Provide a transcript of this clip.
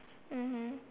mmhmm